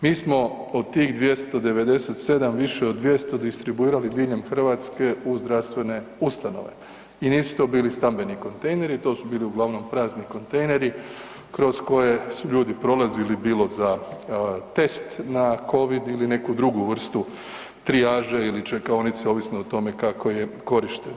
Mi smo od tih 297, više od 200 distribuirali diljem hrvatske u zdravstvene ustanove i nisu to bili stambeni kontejneri, to su bili uglavnom prazni kontejneri, kroz koje su ljudi prolazili, bilo za test na Covid ili neku drugu vrstu trijaže ili čekaonice, ovisno o tome kako je korišten.